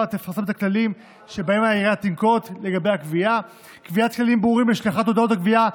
ותפרסם את הכללים שתנקוט העירייה לגבי הגבייה,